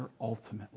ultimately